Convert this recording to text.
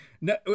No